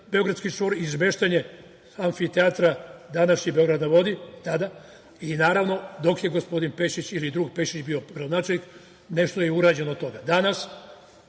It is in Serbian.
beogradski čvor, izmeštanje amfiteatra, današnji „Beograd na vodi“ tada, i, naravno, dok je gospodin Pešić ili drug Pešić bio gradonačelnik nešto je urađeno od toga. Danas